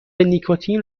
نیکوتین